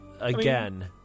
Again